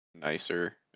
nicer